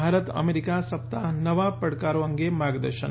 Bharat America સપ્તાહ નવા પડકારો અંગે માર્ગદર્શન